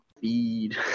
Feed